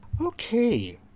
Okay